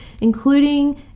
including